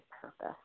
purpose